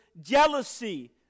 jealousy